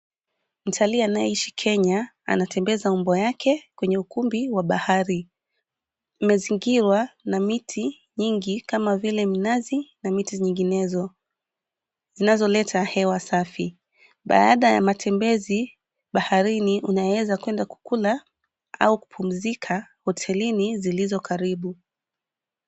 Mtalii anayeishi Kenya anatembeza mbwa yake kwenye ukumbi wa bahari. Umezingirwa na miti nyingi kama vile minazi na miti nyinginezo zinazoleta hewa safi. Baada ya matembezi baharini unaweza kuenda kukula au kupumzika hotelini zilizo karibu.